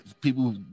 people